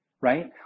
right